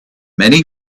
many